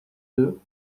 deux